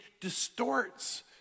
distorts